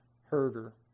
herder